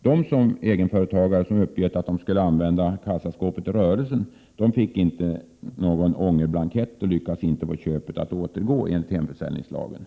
De egenföretagare som hade uppgett att de skulle använda kassaskåpet i rörelsen fick inte någon ångerblankett. De lyckades alltså inte få köpet att återgå enligt hemförsäljningslagen.